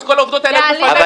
אז כל העובדות האלה היו בפניך,